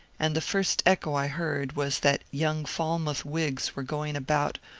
and the first echo i heard was that young falmouth whigs were going about,